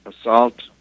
assault